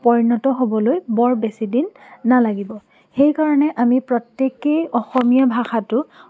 পৰিণত হ'বলৈ বৰ বেছি দিন নালাগিব সেইকাৰণে আমি প্ৰত্যেকেই অসমীয়া ভাষাটো